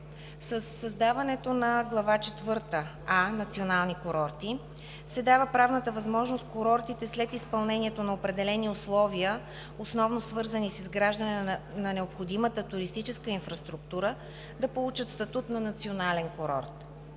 Със създаването на Глава четвърта „а“ „Национални курорти“ се дава правната възможност курортите след изпълнението на определени условия, основно свързани с изграждане на необходимата туристическа инфраструктура, да получат статут на национален курорт.